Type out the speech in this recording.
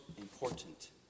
important